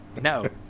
No